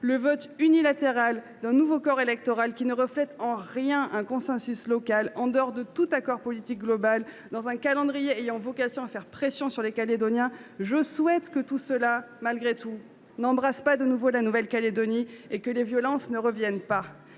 le vote unilatéral d’un nouveau corps électoral qui ne reflète en rien un consensus local, en dehors de tout accord politique global, dans un calendrier ayant vocation à faire pression sur les Calédoniens, je souhaite que tout cela, malgré tout, ne conduise pas à un nouvel embrasement de la Nouvelle Calédonie et que les violences ne reviennent pas.